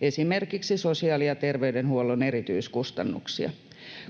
esimerkiksi sosiaali- ja terveydenhuollon erityiskustannuksia.